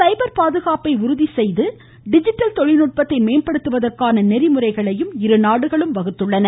சைபர் பாதுகாப்பை உறுதி செய்து டிஜிட்டல் தொழில்நுட்பத்தை மேம்படுத்துவதற்கான நெறிமுறைகளையும் இருநாடுகளும் வகுத்துள்ளன